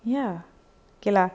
ya okay lah